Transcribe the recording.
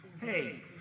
Hey